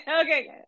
Okay